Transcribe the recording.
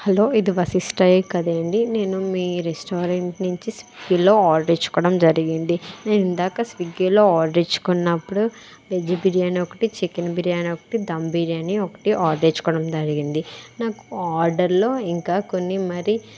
hello ఇది వశిష్టాయే కదండి నేను మీ రెస్టారెంట్ నుంచి స్విగ్గీలో ఆర్డర్ ఇచ్చుకోవడం జరిగింది ఇందాక స్విగ్గీలో ఆర్డర్ ఇచ్చిన్నప్పుడు వెజ్ బిర్యానీ ఒకటి చికెన్ బిర్యానీ ఒకటి ధమ్ బిర్యానీ ఒకటి ఆర్డర్ ఇచ్చుకోవడం జరిగింది నాకు ఆర్డర్లో ఇంకా కొన్ని మరి